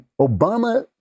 Obama